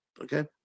okay